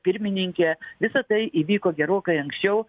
pirmininkė visa tai įvyko gerokai anksčiau